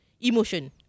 emotion